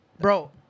bro